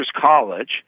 college